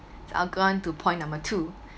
I'm going to point number two